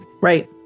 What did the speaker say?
right